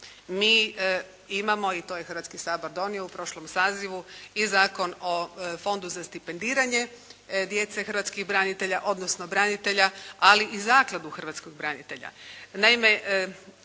mi imamo i to je Hrvatski sabor donio u prošlom sazivu, i Zakon o Fondu za stipendiranje djece hrvatskih branitelja, odnosno branitelja, ali i Zakladu hrvatskog branitelja.